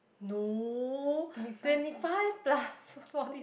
no twenty five plus forty